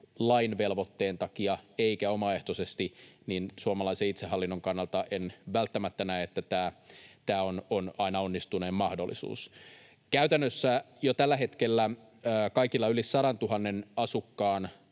lain velvoitteen takia eikä omaehtoisesti. Suomalaisen itsehallinnon kannalta en välttämättä näe, että velvoite on aina onnistunein mahdollisuus. Käytännössä jo tällä hetkellä kaikilla yli 100 000 asukkaan